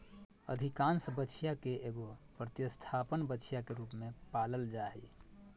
अधिकांश बछिया के एगो प्रतिस्थापन बछिया के रूप में पालल जा हइ